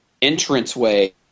entranceway